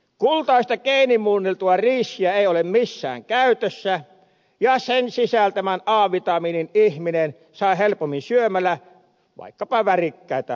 kultaista geenimuunneltua riisiä ei ole missään käytössä ja sen sisältämän a vitamiinin ihminen saa helpommin syömällä vaikkapa värikkäitä kasviksia